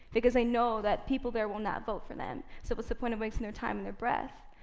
because they know that people there will not vote for them, so what's the point of wasting their time and their breath?